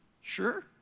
Sure